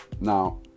now